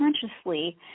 consciously